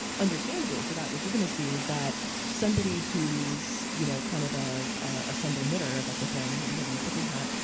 understandably, for that legitimacy, that somebody who's, you know, kind of ah a sunday knitter, if that's a thing, knitting a pussy hat,